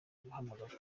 guhamagazwa